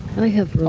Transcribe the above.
i have